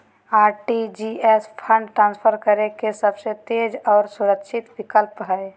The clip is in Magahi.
आर.टी.जी.एस फंड ट्रांसफर करे के सबसे तेज आर सुरक्षित विकल्प हय